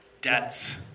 debts